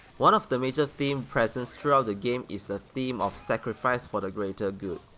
one of the major theme presence throughout the game is the theme of sacrifice for the greater good.